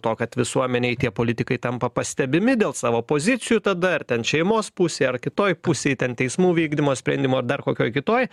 to kad visuomenei tie politikai tampa pastebimi dėl savo pozicijų tada ar ten šeimos pusė ar kitoj pusėj ten teismų vykdymo sprendimų ar dar kokioj kitoj